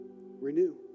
renew